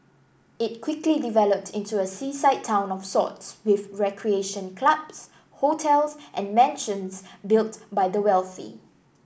it quickly developed into a seaside town of sorts with recreation clubs hotels and mansions built by the wealthy